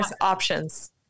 options